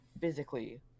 physically